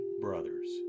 brothers